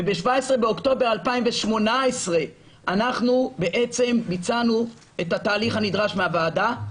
וב-17 באוקטובר 2018 אנחנו ביצענו את התהליך הנדרש מהוועדה.